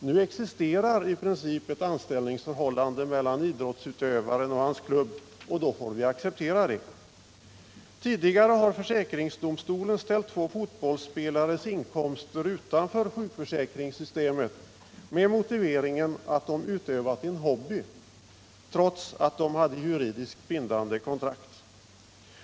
Nu existerar i princip ett anställningsförhållande mellan idrottsutövaren och hans klubb, och då får vi acceptera det. Tidigare har försäkringsdomstolen ställt två fotbollsspelares inkomster utanför sjukförsäkringssystemet med motiveringen att de utövat en hobby, trots att de hade juridiskt bindande kontrakt.